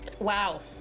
Wow